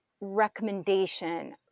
recommendation